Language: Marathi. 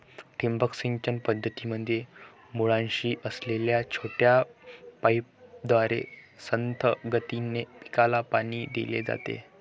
ठिबक सिंचन पद्धतीमध्ये मुळाशी असलेल्या छोट्या पाईपद्वारे संथ गतीने पिकाला पाणी दिले जाते